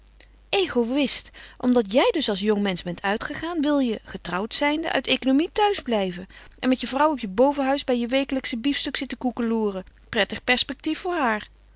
egoïst omdat jij dus als jongmensch bent uitgegaan wil je getrouwd zijnde uit economie thuis blijven en met je vrouw op je bovenhuis bij je wekelijksche biefstuk zitten koekeloeren prettig perspectief voor haar